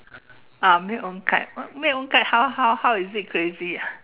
ah make own kite make make own kite how how how is it crazy ah